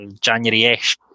January-ish